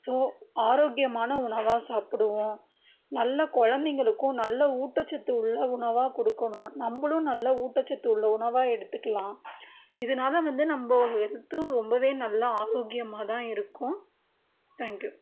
so ஆரோக்கியமான உணவாக சாப்பிடுவோம் நல்ல குழந்தைங்களுக்கும் நல்ல ஊட்டச்சத்து உள்ள உணவாக கொடுக்கணும் நம்பளும் நல்ல ஊட்டச்சத்து உள்ள உணவாக எடுத்துக்குலாம் இதனால வந்து நம்ப ஹெல்த்தும் ரொம்பவே நல்ல ஆரோக்கியமாக தான் இருக்கும் தேங்க் யூ